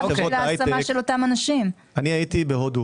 הייתי בהודו